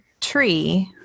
tree